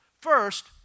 First